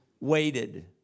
waited